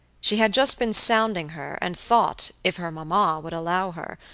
she had just been sounding her, and thought, if her mamma would allow her,